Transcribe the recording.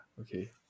Okay